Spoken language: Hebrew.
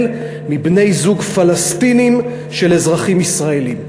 מבני-זוג פלסטינים של אזרחים ישראלים.